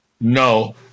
No